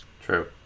True